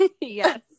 Yes